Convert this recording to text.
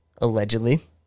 allegedly